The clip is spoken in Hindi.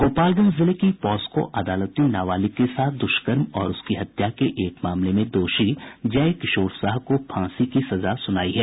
गोपालगंज जिले की पॉस्को अदालत ने नाबालिग के साथ द्रष्कर्म और उसकी हत्या के एक मामले में दोषी जय किशोर साह को फांसी की सजा सुनायी है